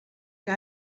que